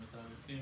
מתעדפים